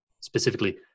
specifically